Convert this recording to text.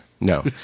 no